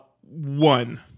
one